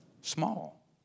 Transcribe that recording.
small